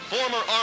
Former